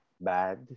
bad